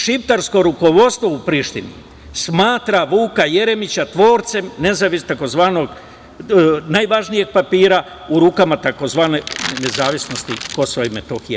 Šiptarsko rukovodstvo u Prištini smatra Vuka Jeremića tvorcem najvažnijeg papira u rukama tzv. nezavisnosti Kosova i Metohije.